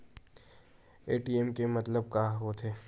ATM के मतलब का होथे?